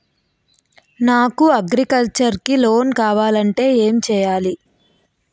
నాకు అగ్రికల్చర్ కి లోన్ కావాలంటే ఏం చేయాలి?